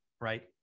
right